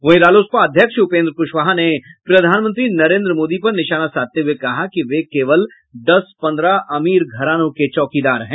वहीं रालोसपा अध्यक्ष उपेन्द्र क्शवाहा ने प्रधानमंत्री नरेन्द्र मोदी पर निशाना साधते हुए कहा कि वे केवल दस पन्द्रह अमीर घरानों के चौकीदार हैं